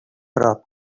prop